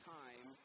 time